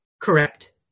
Correct